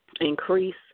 increase